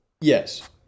Yes